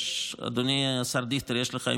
אדוני השר דיכטר, יש לך,